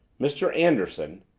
mr. anderson,